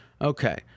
okay